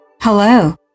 Hello